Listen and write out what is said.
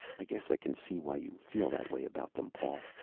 i guess i can see why you feel that way about them, paul,